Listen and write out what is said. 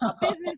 business